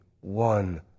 one